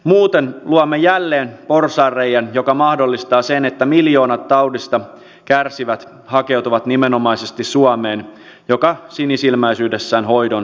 muuten luomme jälleen porsaanreiän joka mahdollistaa sen että miljoonat taudista kärsivät hakeutuvat nimenomaisesti suomeen joka sinisilmäisyydessään hoidon sitten kustantaa